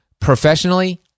Professionally